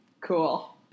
Cool